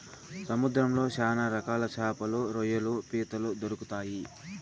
సముద్రంలో శ్యాన రకాల శాపలు, రొయ్యలు, పీతలు దొరుకుతాయి